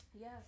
Yes